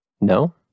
no